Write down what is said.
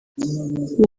minisitiri